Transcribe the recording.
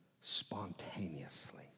spontaneously